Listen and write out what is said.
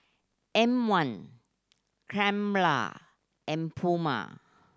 M One Crumpler and Puma